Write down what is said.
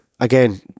Again